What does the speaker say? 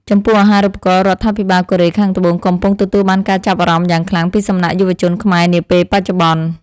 ចំពោះអាហារូបករណ៍រដ្ឋាភិបាលកូរ៉េខាងត្បូងកំពុងទទួលបានការចាប់អារម្មណ៍យ៉ាងខ្លាំងពីសំណាក់យុវជនខ្មែរនាពេលបច្ចុប្បន្ន។